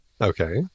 Okay